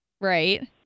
Right